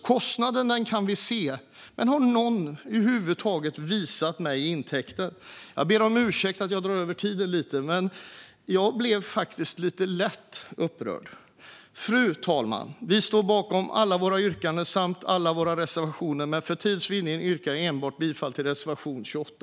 Kostnaderna kan vi se, men ingen har över huvud taget visat mig intäkterna. Jag ber om ursäkt för att jag har dragit över talartiden lite grann, men jag blev lite upprörd. Fru talman! Vi står bakom alla våra yrkanden och alla våra reservationer, men för tids vinnande yrkar jag bifall enbart till reservation 28.